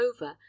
over